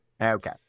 Okay